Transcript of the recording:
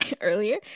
Earlier